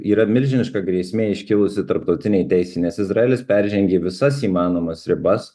yra milžiniška grėsmė iškilusi tarptautinei teisei nes izraelis peržengė visas įmanomas ribas